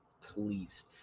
Please